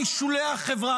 בעיית שורש בחברה